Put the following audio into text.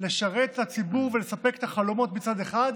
לשרת את הציבור ולספק את החלומות מצד אחד,